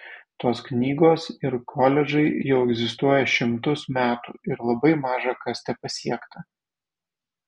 tos knygos ir koledžai jau egzistuoja šimtus metų ir labai maža kas tepasiekta